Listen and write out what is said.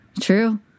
True